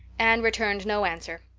anne returned no answer.